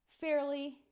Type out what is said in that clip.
fairly